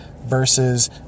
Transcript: versus